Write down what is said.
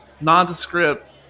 nondescript